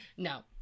no